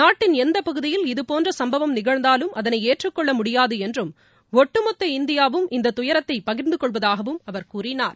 நாட்டின் எந்தப் பகுதியில் இதுபோன்ற சம்பவம் நிகழ்ந்தாலும் அதனை ஏற்றுக் கொள்ள முடியாது என்றும் ஒட்டுமொத்த இந்தியாவும் இந்த துயரத்தை பகிர்ந்து கொள்வதாக அவர் கூறினார்